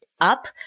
up